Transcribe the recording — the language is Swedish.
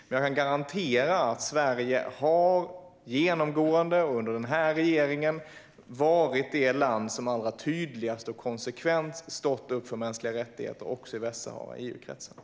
Men jag kan garantera att Sverige genomgående under den här regeringen har varit det land i EU-kretsen som allra tydligast och mest konsekvent stått upp för mänskliga rättigheter, även vad gäller Västsahara.